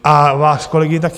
A vás, kolegy, taky.